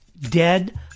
dead